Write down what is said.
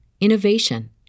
innovation